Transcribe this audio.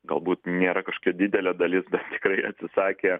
galbūt nėra kažkokia didelė dalis dar tikrai atsisakę